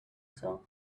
saw